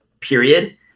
period